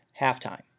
halftime